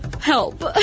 Help